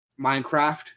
Minecraft